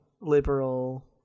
liberal